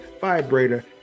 vibrator